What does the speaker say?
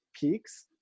peaks